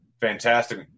fantastic